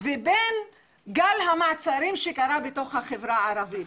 ובין גל המעצרים שקרה בתוך החברה הערבית,